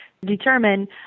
determine